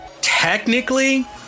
Technically